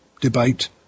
debate